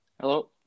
Hello